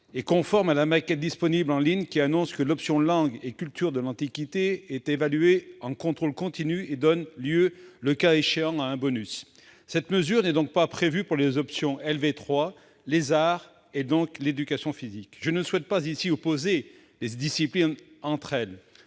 est conforme à la maquette disponible en ligne, aux termes de laquelle « l'option langues et cultures de l'Antiquité est évaluée en contrôle continu et donne lieu, le cas échéant, à un bonus ». Cette mesure n'est donc pas prévue pour les options LV3, arts et EPS. Je ne souhaite pas ici opposer les disciplines entre elles.